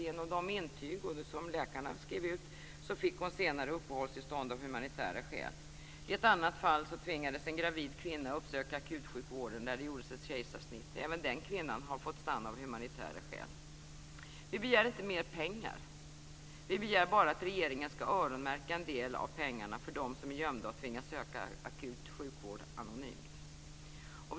Genom de intyg som läkarna skrev ut fick hon senare uppehållstillstånd av humanitära skäl. I ett annat fall tvingades en gravid kvinna att uppsöka akutsjukvården där det gjordes ett kejsarsnitt. Även den kvinna har fått stanna av humanitära skäl. Vi begär inte mer pengar, vi begär bara att regeringen skall öronmärka en del av pengarna för dem som är gömda och tvingas söka akut sjukvård anonymt.